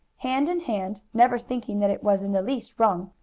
hand in hand, never thinking that it was in the least wrong,